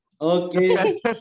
Okay